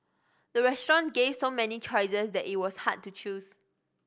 the restaurant gave so many choices that it was hard to choose